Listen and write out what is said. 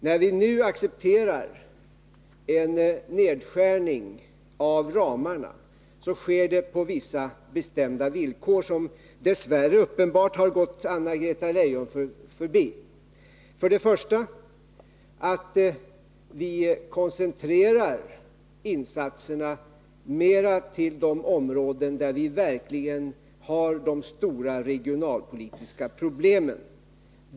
När vi nu accepterar en nedskärning av ramarna sker det på vi ligen har gått Anna-Greta Leijon förbi. Först och främst koncentrerar vi insatserna till de områden där vi verkligen a bestämda villkor, som uppenbar har de stora regionalpolitiska problemen.